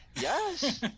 yes